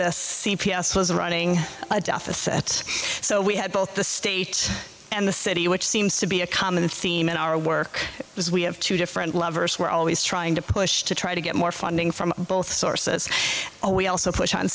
this c p s was running a deficit so we had both the state and the city which seems to be a common theme in our work is we have two different levers we're always trying to push to try to get more funding from both sources a we also push on